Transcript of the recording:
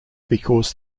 because